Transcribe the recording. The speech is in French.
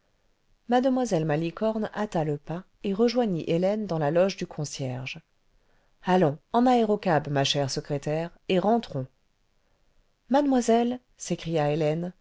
mlle malicorne hâta le pas et rejoignit hélène dans la loge du concierge ce allons en aérocab ma chère secrétaire et rentrons mademoiselle s'écria hélène